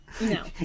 no